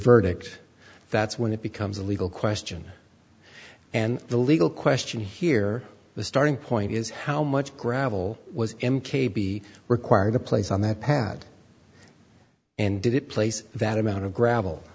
verdict that's when it becomes a legal question and the legal question here the starting point is how much gravel was him k b required to place on that pad and did it place that amount of gravel